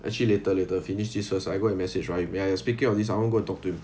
actually later later finish this first I go and message I ya ya speaking of this I want go talk to